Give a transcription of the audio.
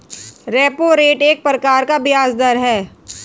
repo rate एक प्रकार का ब्याज़ दर है